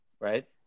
right